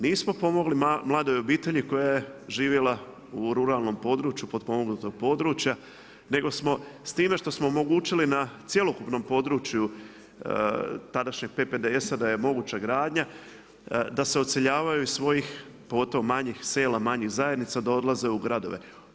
Nismo pomogli mladoj obitelji koja je živjela u ruralnom području potpomognutog područja, nego smo s time što smo omogućili na cjelokupnom području tadašnjeg PPDS-a da je moguća gradnja, da se odseljavaju iz svojih pogotovo manjih sela, manjih zajednica, da odlaze u gradove.